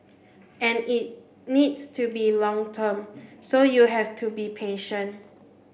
and it needs to be long term so you have to be patient